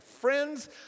friends